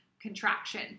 contraction